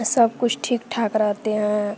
सबकुछ ठीक ठाक रहते हैं